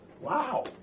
Wow